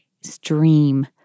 stream